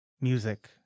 music